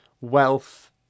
wealth